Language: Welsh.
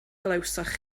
glywsoch